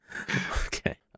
Okay